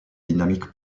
dynamique